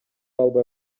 албай